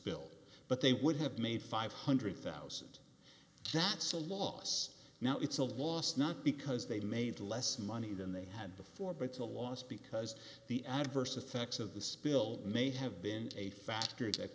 spill but they would have made five hundred thousand that's a loss now it's a loss not because they made less money than they had before but it's a loss because the adverse effects of the spill may have been a factor